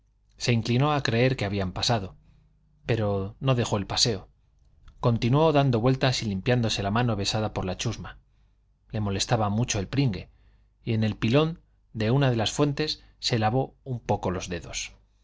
se inclinó a creer que habían pasado pero no dejó el paseo continuó dando vueltas y limpiándose la mano besada por la chusma le molestaba mucho el pringue y en el pilón de una de las fuentes se lavó un poco los dedos